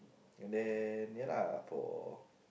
uh and then ya lah for